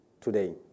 today